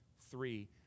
three